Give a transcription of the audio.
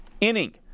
inning